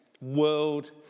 world